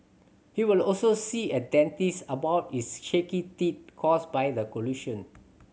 he will also see a dentist about his shaky teeth caused by the collision